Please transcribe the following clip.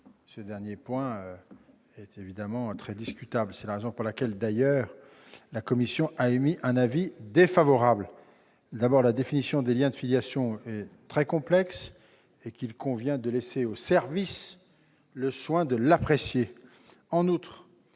Ce dernier point est évidemment très discutable. C'est d'ailleurs la raison pour laquelle la commission a émis un avis défavorable sur cet amendement. D'abord, la définition des liens de filiation est très complexe. Il convient de laisser aux services le soin de l'apprécier. En outre,